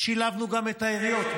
שילבנו גם את העיריות,